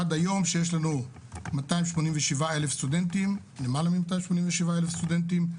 עד היום שיש לנו למעלה מ-287,000 סטודנטים,